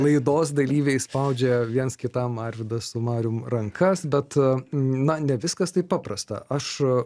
laidos dalyviai spaudžia viens kitam arvydas su marium rankas bet na ne viskas taip paprasta aš